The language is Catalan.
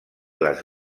les